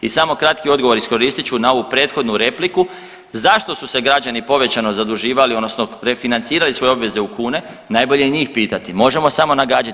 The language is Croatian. I samo kratki odgovor, iskoristit ću na ovu prethodnu repliku, zašto su se građani povećano zaduživali odnosno refinancirali svoje obveze u kune, najbolje njih pitati, možemo samo nagađati.